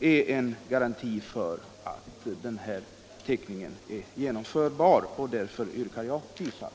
är en garanti, och därför yrkar jag bifall till utskottets hemställan.